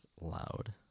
Loud